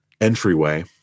entryway